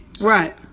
Right